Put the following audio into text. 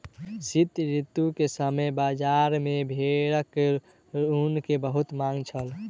शीत ऋतू के समय बजार में भेड़क ऊन के बहुत मांग छल